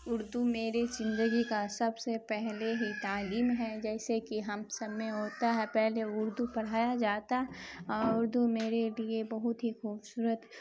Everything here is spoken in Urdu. اردو میرے زندگی کا سب سے پہلے ہی تعلیم ہے جیسے کہ ہم سب میں ہوتا ہے پہلے اردو پڑھایا جاتا اور اردو میرے لیے بہت ہی خوبصورت